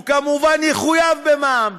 הוא כמובן יחויב במע"מ.